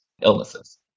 illnesses